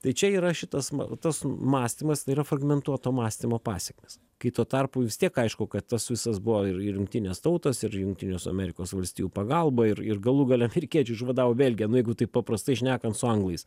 tai čia yra šitas ma tas mąstymas tai yra fragmentuoto mąstymo pasekmės kai tuo tarpu vis tiek aišku kad tas visas buvo ir ir jungtinės tautos ir jungtinės amerikos valstijų pagalba ir ir galų gale afrikiečiai išvadavo belgiją nu jeigu taip paprastai šnekant su anglais